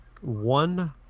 One